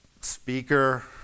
speaker